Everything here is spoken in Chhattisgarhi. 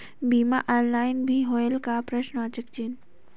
बीमा ऑनलाइन भी होयल का?